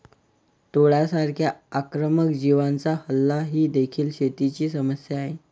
टोळांसारख्या आक्रमक जीवांचा हल्ला ही देखील शेतीची समस्या आहे